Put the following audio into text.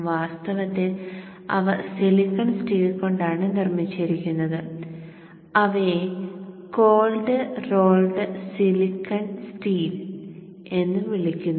വാസ്തവത്തിൽ അവ silicon steel കൊണ്ടാണ് നിർമ്മിച്ചിരിക്കുന്നത് അവയെ കോൾഡ് റോൾഡ് സിലിക്കൺ സ്റ്റീൽ എന്ന് വിളിക്കുന്നു